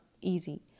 easy